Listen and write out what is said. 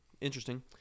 Interesting